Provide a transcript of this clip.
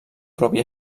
propi